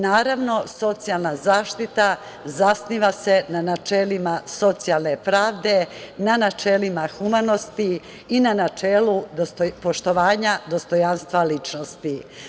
Naravno, socijalna zaštita zasniva se na načelima socijalne pravde, na načelima humanosti i na načelu poštovanja dostojanstva ličnosti.